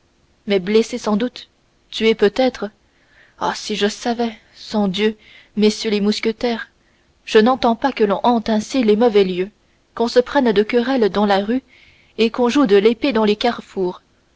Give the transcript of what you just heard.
mais blessé sans doute tué peut-être ah si je le savais sangdieu messieurs les mousquetaires je n'entends pas que l'on hante ainsi les mauvais lieux qu'on se prenne de querelle dans la rue et qu'on joue de l'épée dans les carrefours